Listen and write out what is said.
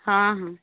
ହଁ ହଁ